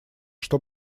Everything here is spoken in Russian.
что